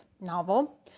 novel